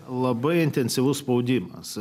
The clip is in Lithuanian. labai intensyvus spaudimas